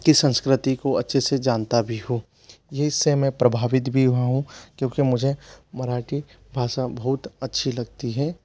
की संस्कृति को अच्छे से जानता भी हूँ ये इससे मैं प्रभावित भी हुआ हूँ क्योंकि मुझे मराठी भाषा बहुत अच्छी लगती है